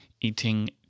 eating